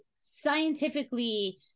scientifically